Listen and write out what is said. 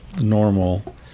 normal